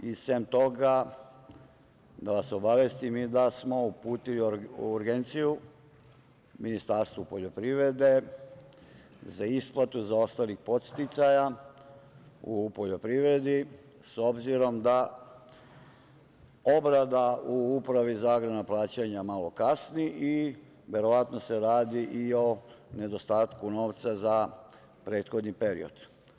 Sem toga da vas obavestim i da smo uputili urgenciju Ministarstvu poljoprivrede za isplatu zaostalih podsticaja u poljoprivredi, s obzirom da obrada u Upravi za agrarna plaćanja malo kasni i verovatno se radi i o nedostatku novca za prethodni period.